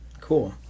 Cool